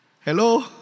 Hello